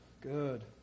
Good